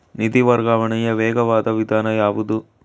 ನಿಧಿ ವರ್ಗಾವಣೆಯ ವೇಗವಾದ ವಿಧಾನ ಯಾವುದು?